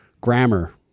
Grammar